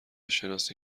شناسی